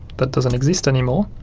that doesn't exist anymore